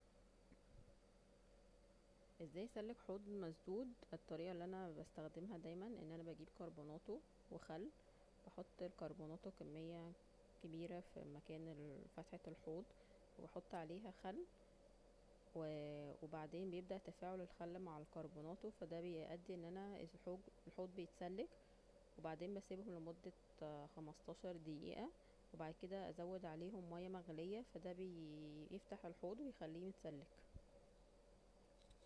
ازاى اسلك حوض مسدودو الطرقة اللى انا بستخدمها دايما: ان انا بجيب كربوناتو وخل, واحط الكربوناتو كمية كبيرة فى مكان ال- فتحة الحوض واحط عليها خل-و- وبعدسن بيبدا تفاعل الخل مع الكربوناتو فا دا بيادى ان انا الحوض يتسلك وبعدين بسبهم لمدة خمستاشر دقيقة, وبعدين ازود عليهم ماية مغلية- فا دا بي- يفتح الحوض وبيخليه متسلك